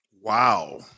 Wow